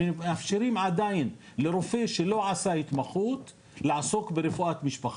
עדיין לרופא שלא עשה התמחות לעסוק ברפואת משפחה,